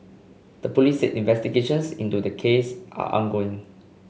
the police said investigations into their cases are ongoing